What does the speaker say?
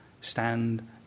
stand